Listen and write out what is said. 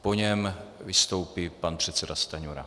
Po něm vystoupí pan předseda Stanjura.